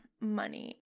money